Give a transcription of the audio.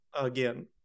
Again